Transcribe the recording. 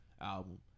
album